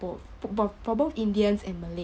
both for both for both indians and malay